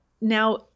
now